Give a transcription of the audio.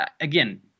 Again